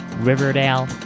Riverdale